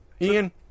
Ian